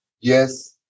yes